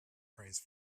phrase